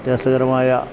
രസകരമായ